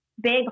big